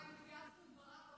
מה, אם התייעצנו עם ברק או לא?